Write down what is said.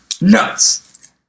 nuts